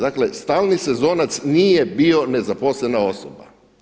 Dakle stalni sezonac nije bio nezaposlena osoba.